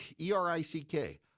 E-R-I-C-K